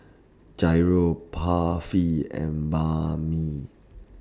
Gyros Barfi and Banh MI